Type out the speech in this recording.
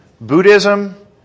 Buddhism